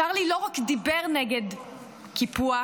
צ'רלי לא רק דיבר נגד קיפוח,